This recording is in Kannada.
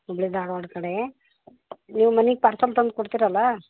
ಹುಬ್ಬಳ್ಳಿ ಧಾರ್ವಾಡ ಕಡೆ ನೀವು ಮನೆಗೆ ಪಾರ್ಸಲ್ ತಂದು ಕೊಡ್ತೀರಲ್ಲ